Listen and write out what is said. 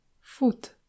Foot